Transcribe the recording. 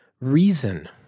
Reason